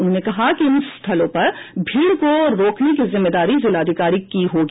उन्होंने कहा कि इन स्थानों पर भीड़ को रोकने की जिम्मेदारी जिलाधिकारियों की होगी